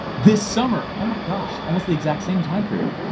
this summer, oh my gosh, almost the exact same time period.